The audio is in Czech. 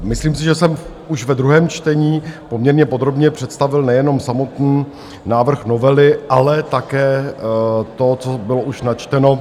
Myslím si, že jsem už ve druhém čtení poměrně podrobně představil nejenom samotný návrh novely, ale také to, co bylo už načteno...